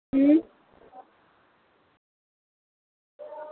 अं